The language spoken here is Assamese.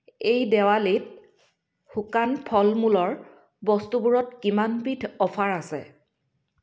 এই দেৱালীত শুকান ফলমূলৰ বস্তুবোৰত কিমানবিধ অ'ফাৰ আছে